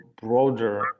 broader